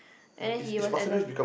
and he was at the